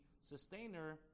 sustainer